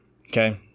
Okay